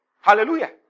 Hallelujah